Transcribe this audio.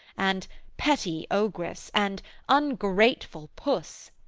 and petty ogress, and ungrateful puss,